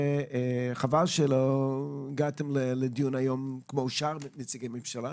חבל שלא הגעתם לדיון היום כמו שאר נציגי הממשלה,